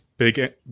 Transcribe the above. Big